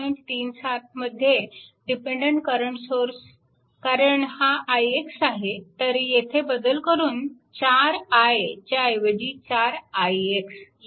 37 मध्ये dependent current source कारण हा ix आहे तर येथे बदल करून 4I च्या ऐवजी 4ix लिहा